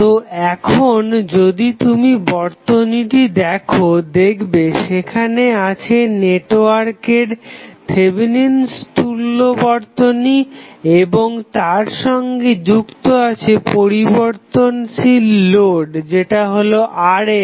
তো এখন যদি তুমি বর্তনীটি দেখো দেখবে সেখানে আছে নেটওয়ার্কের থেভেনিন'স তুল্য বর্তনী এবং তারসঙ্গে যুক্ত আছে পরিবর্তনশীল লোড যেটা হলো RL